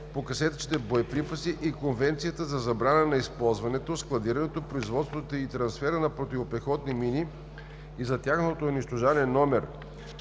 по касетъчните боеприпаси и Конвенцията за забрана на използването, складирането, производството и трансфера на противопехотни мини и за тяхното унищожаване,